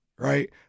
right